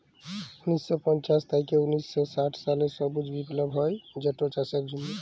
উনিশ শ পঞ্চাশ থ্যাইকে উনিশ শ ষাট সালে সবুজ বিপ্লব হ্যয় যেটচাষের জ্যনহে